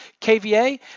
KVA